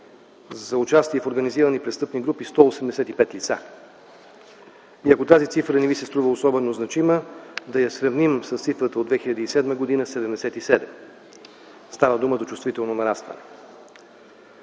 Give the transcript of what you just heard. за участие в организирани престъпни групи 185 лица. И ако тази цифра не ви се струва особено значима, да я сравним с цифрата от 2007 г. – 77. Става дума за чувствително нарастване.